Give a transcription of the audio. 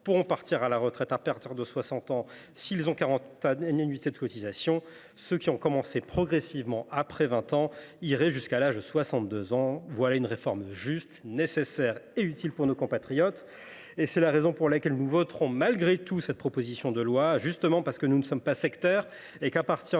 pourront partir à la retraite à partir de 60 ans si elles ont 40 annuités de cotisation. Ceux qui ont commencé progressivement, après 20 ans, iraient jusqu’à l’âge de 62 ans. Voilà une réforme juste, nécessaire et utile pour nos compatriotes ! C’est la raison pour laquelle nous voterons cette proposition de loi, justement parce que nous ne sommes pas sectaires : dès lors